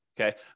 Okay